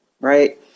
Right